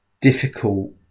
difficult